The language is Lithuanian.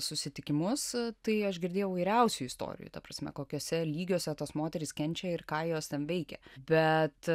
susitikimus tai aš girdėjau įvairiausių istorijų ta prasme kokiuose lygiuose tos moterys kenčia ir ką jos ten veikia bet